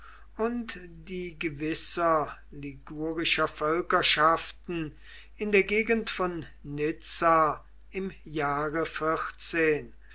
und die gewisser ligurischer völkerschaften in der gegend von nizza im jahre